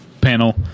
panel